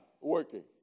working